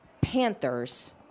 Panthers